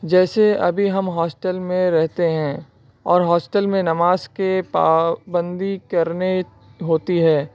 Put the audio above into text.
جیسے ابھی ہم ہاسٹل میں رہتے ہیں اور ہاسٹل میں نماز کے پابندی کرنے ہوتی ہے